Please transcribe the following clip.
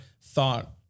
thought